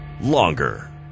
longer